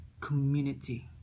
Community